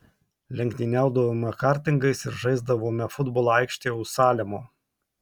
lenktyniaudavome kartingais ir žaisdavome futbolą aikštėje už salemo